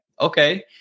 okay